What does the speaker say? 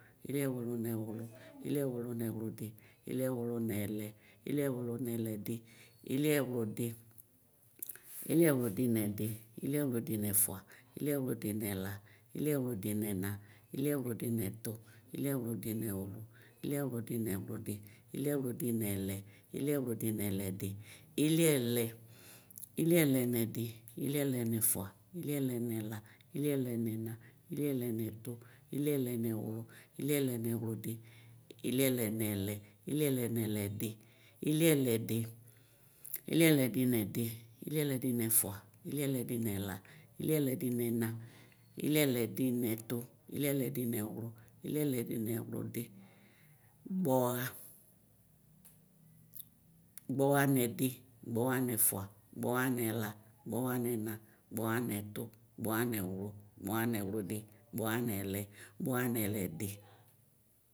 ilɛwlʋ nɛwlʋ iliɛwlʋ nɛwlʋdi iliɛwlʋ nɛlɛ iliɛwtʋ nɛlɛdi iliɛwlʋdi iliʋwlʋdi nɛdi iliɛwlʋdi nɛfʋa iliɛwtʋdi nɛla iliɛwlʋdi nɛna iliɛwlʋdi nɛtʋ iliɛwlʋdi nɛwlʋ iliɛwlʋdi nɛwlʋdi iliɛwlʋdi nɛlɛ iliɛwlʋdi nɛlɛdi iliɛlɛ iliɛlɛ nɛdi iliɛlɛ nɛfʋa iliɛlɛ nɛla iliɛlɛ nɛna iliɛlɛ nɛtʋ iliɛlɛ nɛwlʋ iliɛlɛ nɛwlʋdi iliɛlɛ nɛlɛ iliɛlɛ nɛlɛdi iliɛlɛdi iliɛlɛdi nɛdi iliɛlɛdi nɛfʋa iliɛlɛdi nɛla iliɛlɛdi nɛna iliɛlɛdi nɛtʋ iliɛlɛdi nɛwlʋ iliɛlɛdi mɛwlʋdi iliɛlɛdi nɛlɛ iliɛlɛdi nɛlɛdi gbɔwa gbɔ wa nɛdi gbɔwa nɛfʋwa nɛla gbɔwa nɛna gbɔwa nɛtʋ gbɔwa nɛwlʋ gbɔwa nɛwlʋdi gbɔwa nɛlɛ gbɔwa nɛlɛdi.